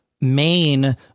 main